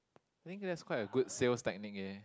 think that is quite a good sales technique eh